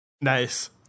Nice